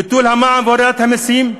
ביטול המע"מ והורדת מסים,